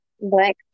black